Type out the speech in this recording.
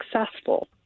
successful